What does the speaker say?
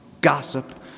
gossip